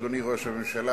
אדוני ראש הממשלה,